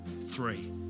three